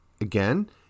again